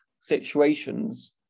situations